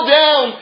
down